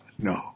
No